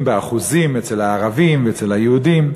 באחוזים למקרים אצל הערבים ואצל היהודים.